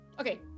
Okay